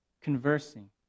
conversing